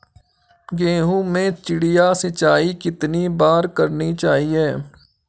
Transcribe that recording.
गेहूँ में चिड़िया सिंचाई कितनी बार करनी चाहिए?